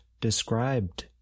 described